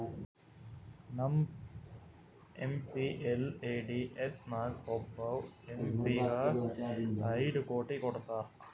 MPLADS ನಾಗ್ ಒಬ್ಬವ್ M P ಗ ಐಯ್ಡ್ ಕೋಟಿ ಕೊಡ್ತಾರ್